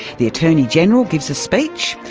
the attorney general gives a speech,